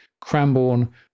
Cranbourne